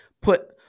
put –